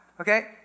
okay